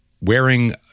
wearing